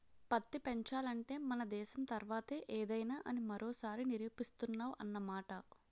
పత్తి పెంచాలంటే మన దేశం తర్వాతే ఏదైనా అని మరోసారి నిరూపిస్తున్నావ్ అన్నమాట